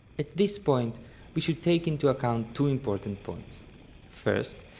at this point we should take into account two important points first,